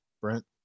Brent